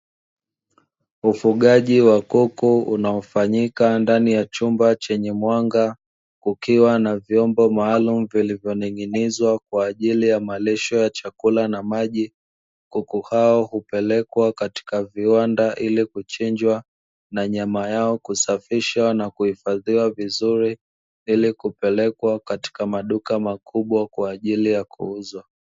Ufugaji wa kuku ukiwa umefanyika ndani ya chumba cheny mwanga kukiwa na vyombo maalum vilivyoning'inizwa kwa ajili ya malisho ya chakula na maji. kuku hao upelekwa katika viwanda ilikuchinjwa na nyama yao kusafishwa ili kuhifadhiwa vizuri na kupelekwa katika maduka makubwa kwa ajili ya kuuzwa.